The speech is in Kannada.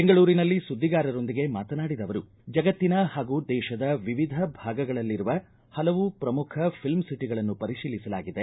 ಬೆಂಗಳೂರಿನಲ್ಲಿ ಸುದ್ದಿಗಾರರೊಂದಿಗೆ ಮಾತನಾಡಿದ ಅವರು ಜಗತ್ತಿನ ಹಾಗೂ ದೇಶದ ವಿವಿಧ ಭಾಗಗಳಲ್ಲಿರುವ ಹಲವು ಪ್ರಮುಖ ಫಿಲ್ಮ್ ಒಟಗಳನ್ನು ಪರಿತೀಲಿಸಲಾಗಿದೆ